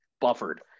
buffered